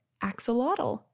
axolotl